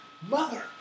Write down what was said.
mother